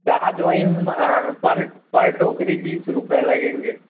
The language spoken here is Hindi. चार्ज वही मैम पर पर टोक़री बीस रुपये लगेंगे